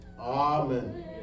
Amen